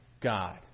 God